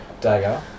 dagger